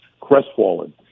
crestfallen